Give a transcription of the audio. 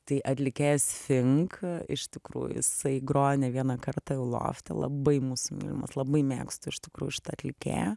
tai atlikėjas fink iš tikrųjų jisai grojo ne vieną kartą jau lofte labai mūsų mylimas labai mėgstu iš tikrųjų šitą atlikėją